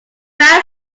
fast